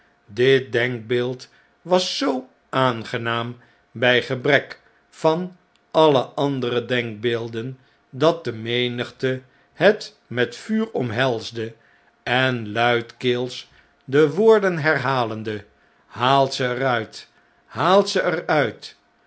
dit denkbeeld was zoo aangenaam bij gebrek van alle andere denkbeelden dat de menigte het met vuur omhelsde en luidkeels de woorden herhalende haalt ze er uit haalt ze